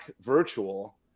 virtual